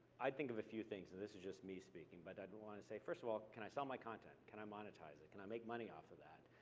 i'd think of a few things, and this is just me speaking. but i'd want to say, first of all, can i sell my content? can i monetize it? can i make money off of that?